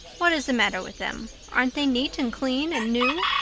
what is the matter with them? aren't they neat and clean and new?